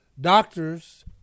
doctors